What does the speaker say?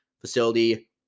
facility